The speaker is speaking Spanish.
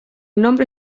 nombre